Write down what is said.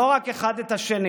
לא רק אחד את השני.